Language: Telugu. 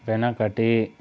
వెనకటి